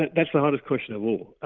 and that's the hardest question of all.